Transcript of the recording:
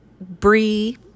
Bree